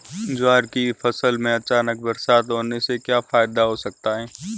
ज्वार की फसल में अचानक बरसात होने से क्या फायदा हो सकता है?